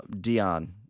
Dion